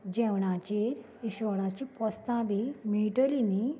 जेवणाचेर विसवणाचीं पोस्तां बी मेळटली न्ही